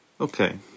Okay